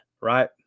right